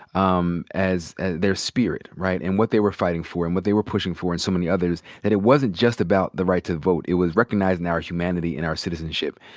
um as their spirit, right, and what they were fighting for and what they were pushing for and some of the others. that it wasn't just about the right to vote. it was recognizing our humanity and our citizenship.